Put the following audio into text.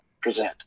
present